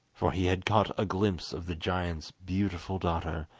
for he had caught a glimpse of the giant's beautiful daughter,